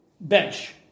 Bench